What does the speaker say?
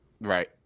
Right